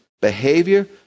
behavior